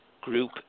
Group